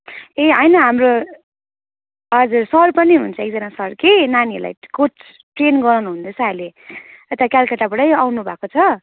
ए होइन हाम्रो हजुर सर पनि हुन्छ एकजना सर कि नानीहरूलाई कोच ट्रेन्ड गराउनु हुँदैछ अहिले यता कलकत्ताबाटै आउनुभएको छ